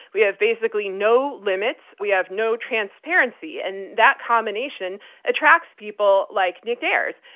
we have basically no limits. we have no transparency, and that combination attracts people like nick ayers.